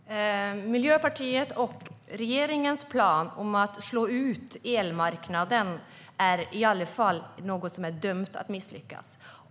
Herr talman! Miljöpartiets och regeringens plan att slå ut elmarknaden är dömd att misslyckas.